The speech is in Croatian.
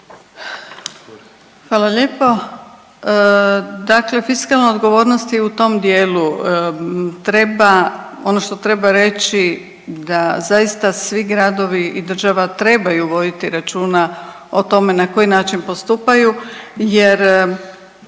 Hvala lijepo. Dakle, fiskalna odgovornost je i u tom dijelu. Ono što treba reći da zaista svi gradovi i država trebaju voditi računa o tome na koji način postupaju jer